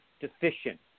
deficient